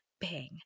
bang